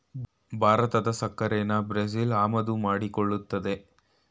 ಭಾರತದ ಸಕ್ಕರೆನಾ ಬ್ರೆಜಿಲ್ ಆಮದು ಮಾಡಿಕೊಳ್ಳುತ್ತದೆ